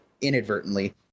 inadvertently